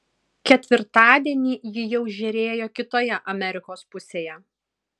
ketvirtadienį ji jau žėrėjo kitoje amerikos pusėje